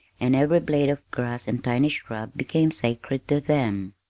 and every blade of grass and tiny shrub became sacred to them.